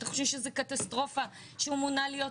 או אתם חושבים שזו קטסטרופה שהוא מונה להיות